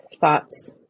thoughts